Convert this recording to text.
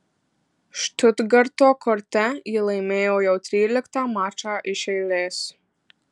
štutgarto korte ji laimėjo jau tryliktą mačą iš eilės